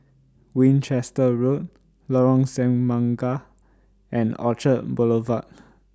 Winchester Road Lorong Semangka and Orchard Boulevard